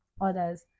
others